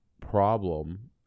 problem